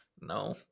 No